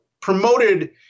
promoted